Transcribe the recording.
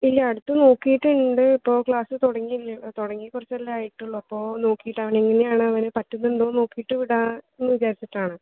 ഇല്ല അടുത്ത് നോക്കിയിട്ടുണ്ട് ഇപ്പോൾ ക്ലാസ് തുടങ്ങിയല്ലേ തുടങ്ങി കുറച്ചല്ലേ ആയിട്ടുള്ളൂ അപ്പോൾ നോക്കിയിട്ട് അവനെങ്ങനെയാണ് അവന് പറ്റുന്നുണ്ടോ എന്ന് നോക്കിയിട്ട് വിടാം എന്ന് വിചാരിച്ചിട്ടാണ്